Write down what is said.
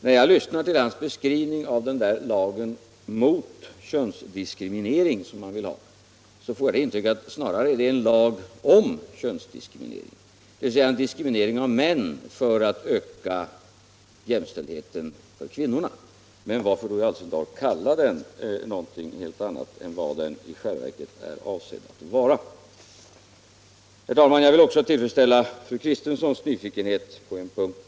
| När jag lyssnade till herr Romanus beskrivning av lagen mor könsdiskriminering, som herr Romanus vill ha. fick jag det intrycket att det snarare är en lag om könsdiskriminering, dvs. diskriminering av män för att öka jämställdheten för kvinnorna. Men varför då i all sin dar kalla den lagen för något helt annat än vad den i själva verket är avsedd alt vara? Herr talman! Jag vill också tillfredsställa fru Kristenssons nyfikenhet på en punkt.